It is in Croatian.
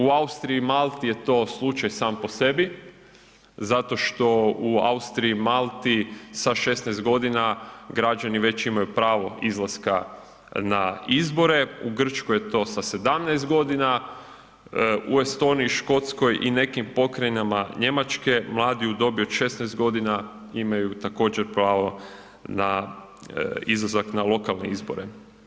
U Austriji i Malti je to slučaj sam po sebi zato što u Austriji i Malti sa 16.g. građani već imaju pravo izlaska na izbore, u Grčkoj je to sa 17.g., u Estoniji, Škotskoj i nekim pokrajinama Njemačke, mladi u dobi od 16.g. imaju također pravo na, izlazak na lokalne izbore.